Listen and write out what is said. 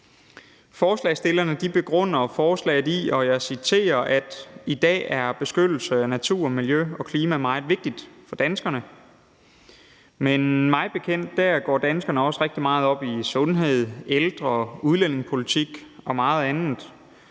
Forslagsstillerne begrunder forslaget i, og jeg citerer: »I dag er beskyttelse af natur, miljø og klima meget vigtigt for danskerne.« Men mig bekendt går danskerne også rigtig meget op i sundhed, ældre- og udlændingepolitik og meget andet.